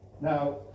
Now